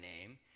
name